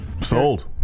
Sold